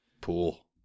Pool